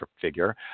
figure